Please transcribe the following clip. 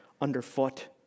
underfoot